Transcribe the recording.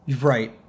Right